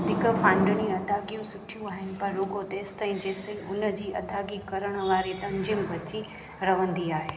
वधीक फांडिणी अदागियूं सुठियूं आहिनि पर रुगो॒ तेसिताईं जेसिताईं हुनजी अदाइगी करणु वारी तंज़ीमु बची रहंदी आहे